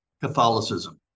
Catholicism